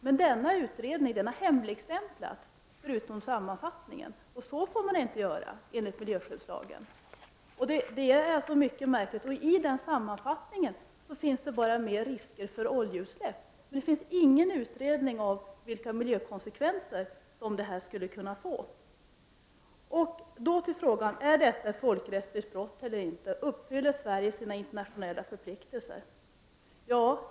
Men denna utredning har hemligstämplats med undantag för sammanfattningen. Och så får man inte göra enligt miljöskyddslagstiftningen. I denna sammanfattning finns endast med risken för oljeutsläpp men ingen utredning om vilka miljökonsekvenser som detta företag skulle kunna medföra. Är detta ett folkrättsligt brott eller inte? Uppfyller Sverige här sina internationella förpliktelser?